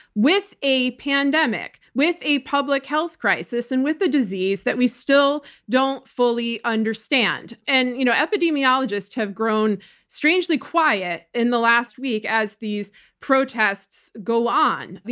with a pandemic, with a public health crisis, and with a disease that we still don't fully understand. and you know epidemiologists have grown strangely quiet in the last week as these protests go on.